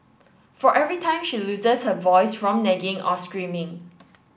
for every time she loses her voice from nagging or screaming